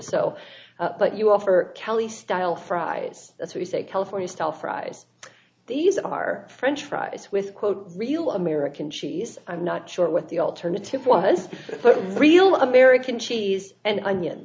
so but you offer kelly style fries that's what you say california style fries these are french fries with quote real american cheese i'm not sure what the alternative was but real american cheese and onions